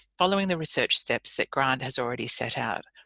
following the research steps that grant has already set out.